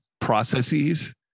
processes